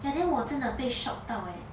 ya then 我真的被 shock 到 leh